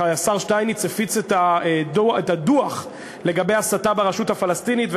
השר שטייניץ הפיץ את הדוח לגבי ההסתה ברשות הפלסטינית,